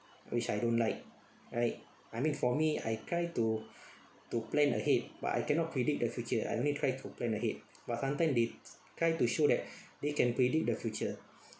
which I don't like right I mean for me I try to to plan ahead but I cannot predict the future I only try to plan ahead but sometimes they try to show that they can predict the future